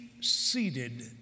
seated